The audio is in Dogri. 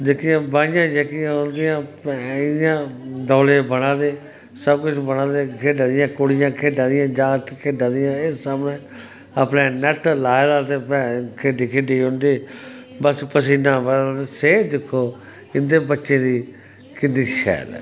दे ऐ खेढी खेढी बस पसीना आवा दे ते सेह्त दिक्खो इनै बच्चैं दी किन्नी शैल ऐ